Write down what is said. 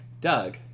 Doug